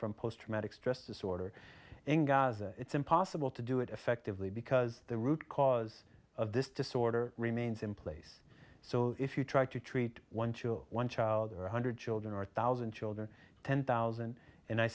from post traumatic stress disorder in gaza it's impossible to do it effectively because the root cause of this disorder remains in place so if you try to treat one to one child or one hundred children or thousand children ten thousand and i